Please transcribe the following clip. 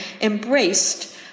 embraced